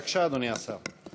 בבקשה, אדוני השר.